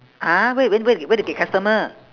!huh! where you where you where you get customer